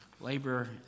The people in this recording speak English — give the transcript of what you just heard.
labor